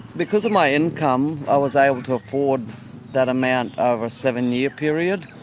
because of my income i was able to afford that amount over a seven-year period.